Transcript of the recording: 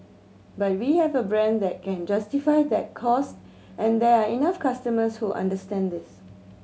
but we have a brand that can justify that cost and there are enough customers who understand this